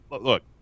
look